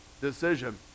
decision